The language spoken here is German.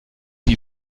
die